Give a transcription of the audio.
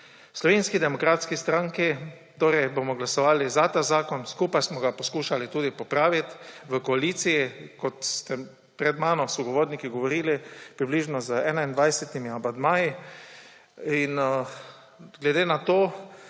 Slovenski demokratski stranki bomo glasovali za ta zakon, skupaj smo ga poskušali tudi popraviti v koaliciji, kot ste pred mano sogovorniki govorili, s približno 21 amandmaji, glede na to,